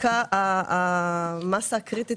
המאסה הקריטית,